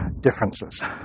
differences